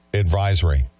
advisory